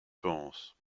pense